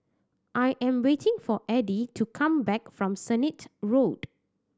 I am waiting for Edie to come back from Sennett Road